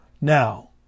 now